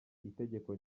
itegeko